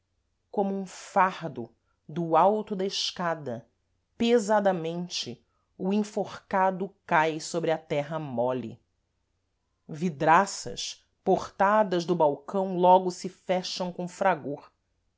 como um fardo do alto da escada pesadamente o enforcado cai sôbre a terra mole vidraças portadas do balcão logo se fecham com fragor